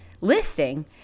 listing